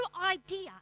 idea